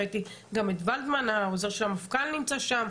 ראיתי גם את ולדמן, העוזר של המפכ"ל, נמצא שם.